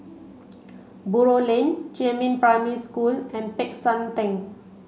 Buroh Lane Jiemin Primary School and Peck San Theng